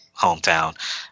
hometown